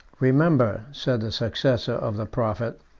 remember, said the successor of the prophet,